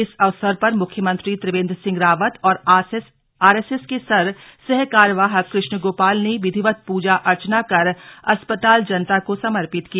इस अवसर पर मुख्यमंत्री त्रिवेंद्र सिंह रावत और आरएसएस के सर सहकार्यवाह कृष्ण गोपाल ने विधिवत पूजा अर्चना कर अस्पताल जनता को समर्पित किया